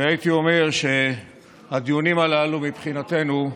הייתי אומר שהדיונים הללו מבחינתנו,